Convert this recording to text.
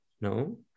no